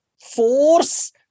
force